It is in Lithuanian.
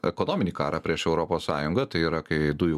ekonominį karą prieš europos sąjungą tai yra kai dujų